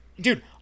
Dude